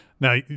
now